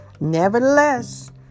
Nevertheless